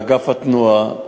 לאגף התנועה,